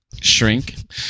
Shrink